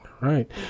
Right